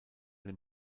den